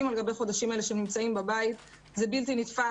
על גבי חודשים שהם נמצאים בבית זה בלתי נתפס.